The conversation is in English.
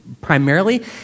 primarily